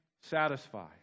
satisfy